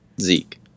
zeke